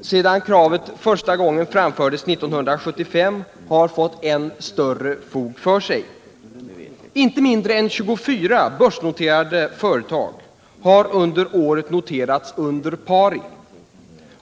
sedan kravet första gången framfördes 1975 har fått än större fog för sig. Inte mindre än 24 företag på börsen har under året noterats under pari.